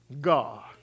God